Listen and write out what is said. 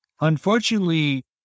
Unfortunately